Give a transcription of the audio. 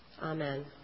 Amen